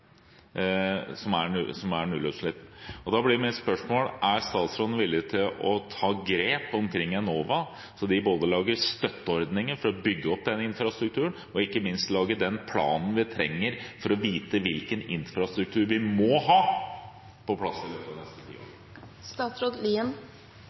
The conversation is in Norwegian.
Da blir mitt spørsmål: Er statsråden villig til å ta grep om Enova, slik at de både lager støtteordninger for å bygge opp denne infrastrukturen og ikke minst lager den planen vi trenger for å vite hvilken infrastruktur vi må ha på plass i løpet av de neste